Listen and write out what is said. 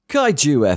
Kaiju